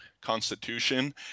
constitution